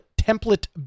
template